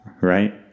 right